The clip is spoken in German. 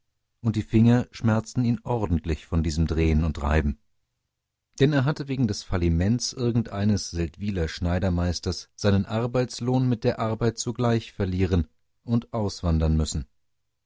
und die finger schmerzten ihm ordentlich von diesem drehen und reiben denn er hatte wegen des fallimentes irgendeines seldwyler schneidermeisters seinen arbeitslohn mit der arbeit zugleich verlieren und auswandern müssen